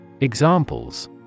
Examples